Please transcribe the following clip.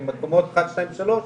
חודש.